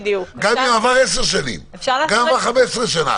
גם אם יעברו 10 שנים או 15 שנה.